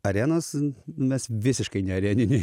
arenos mes visiškai neareniniai